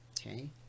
okay